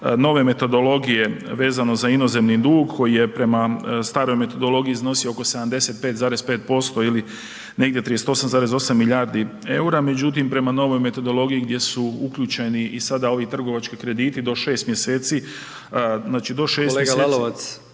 nove metodologije vezano za inozemni dug koji je prema staroj metodologiji iznosi oko 75,5% ili negdje 38,8 milijardi EUR-a, međutim prema novoj metodologiji gdje su uključeni i sada ovi trgovački krediti do 6 mjeseci, znači do